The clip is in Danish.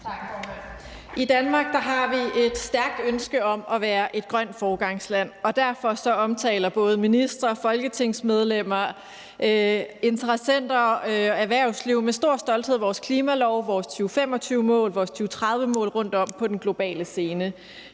I Danmark har vi et stærkt ønske om at være et grønt foregangsland, og derfor omtaler både ministre, folketingsmedlemmer, interessenter og erhvervsliv med stor stolthed vores klimalov, vores 2025-mål, vores 2030-mål rundt om på den globale scene.